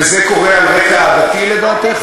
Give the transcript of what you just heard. וזה קורה על רקע עדתי, לדעתך?